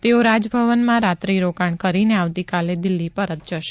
તેઓ રાજભવનમાં રાત્રિ રોકાણ કરીને આવતીકાલે દિલ્હી પરત જશે